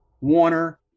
Warner